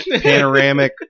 panoramic